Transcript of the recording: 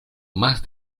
más